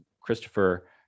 Christopher